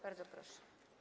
Bardzo proszę.